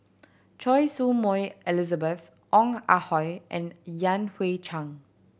Choy Su Moi Elizabeth Ong Ah Hoi and Yan Hui Chang